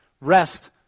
rest